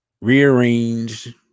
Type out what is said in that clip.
Rearranged